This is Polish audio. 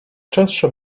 częstsze